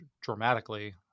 dramatically